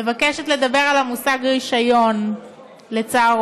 מבקשת לדבר על המושג רישיון לצהרון,